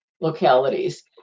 localities